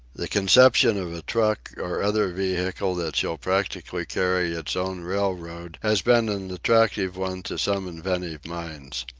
the conception of a truck or other vehicle that shall practically carry its own rail-road has been an attractive one to some inventive minds.